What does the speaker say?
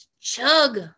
chug